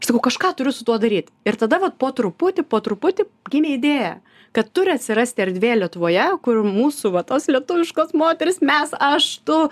aš sakau kažką turiu su tuo daryti ir tada vat po truputį po truputį gimė idėja kad turi atsirasti erdvė lietuvoje kur mūsų va tos lietuviškos moterys mes aš tu